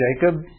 Jacob